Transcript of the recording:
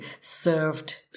served